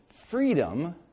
freedom